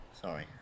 Sorry